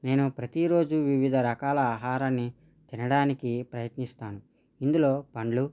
నేను ప్రతీ రోజు వివిధ రకాల ఆహారాన్ని తినడానికి ప్రయత్నిస్తాను ఇందులో పండ్లు